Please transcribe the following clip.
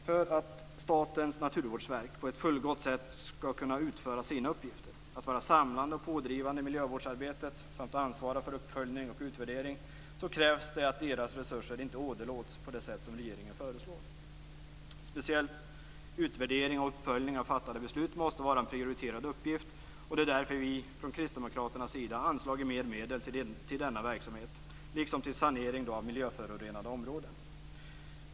För att Statens naturvårdsverk på ett fullgott sätt skall kunna utföra sina uppgifter att vara samlande och pådrivande i miljövårdsarbetet samt ansvara för uppföljning och utvärdering krävs det att deras resurser inte åderlåts på det sätt som regeringen föreslår. Speciellt utvärdering och uppföljning av fattade beslut måste vara en prioriterad uppgift. Det är därför vi kristdemokrater har anslagit mer medel till denna verksamhet, liksom till sanering av miljöförorenade områden.